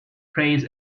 pray